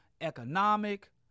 economic